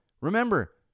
Remember